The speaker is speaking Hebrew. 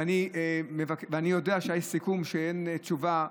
אני יודע שהיה סיכום שאין תשובה.